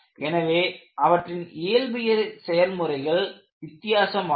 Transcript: எனவே அவற்றின் இயற்பியல் செயல்முறைகள் வித்தியாசமானவை